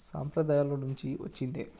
సాంప్రదాయాల నుంచి వచ్చింది